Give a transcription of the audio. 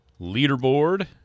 leaderboard